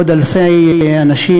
לעוד אלפי אנשים,